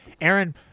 Aaron